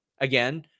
Again